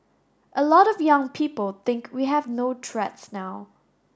a lot of young people think we have no threats now